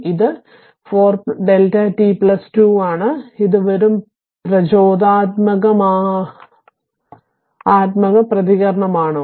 ഇത് 4 Δ t 2 ആണ് ഇത് വെറും പ്രചോദനാത്മക പ്രതികരണമാണോ